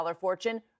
fortune